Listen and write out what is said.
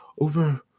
over